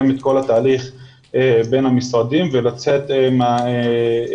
את כל התהליך בין המשרדים ולצאת לשטח.